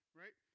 right